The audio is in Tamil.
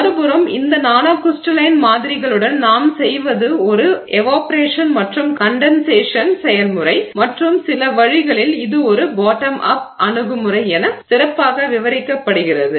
மறுபுறம் இந்த நானோ க்ரிஸ்டலைன் மாதிரிகளுடன் நாம் செய்வது ஒரு எவாப்பொரேஷன் மற்றும் கண்டென்சேஷன் செயல்முறை மற்றும் சில வழிகளில் இது ஒரு பாட்டம் அப் அணுகுமுறை என சிறப்பாக விவரிக்கப்படுகிறது